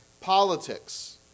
Politics